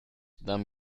then